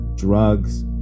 Drugs